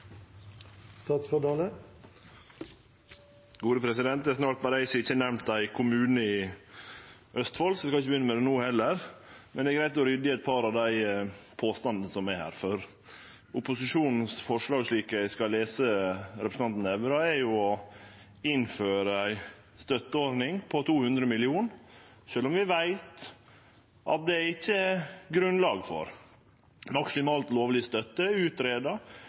snart berre eg som ikkje har nemnt ein kommune i Østfold, og eg skal ikkje begynne med det no heller. Men det er greitt å rydde i eit par av dei påstandane som er her. Opposisjonens forslag, slik eg skal lese representanten Nævra, er å innføre ei støtteordning på 200 mill. kr, sjølv om vi veit at det ikkje er grunnlag for det. Maksimal lovleg støtte